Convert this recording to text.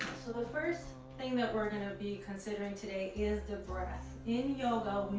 so the first thing that we're gonna be considering today is the breath. in yoga,